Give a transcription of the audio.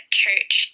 church